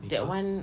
that [one]